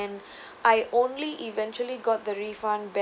and I only eventually got the refund back